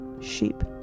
sheep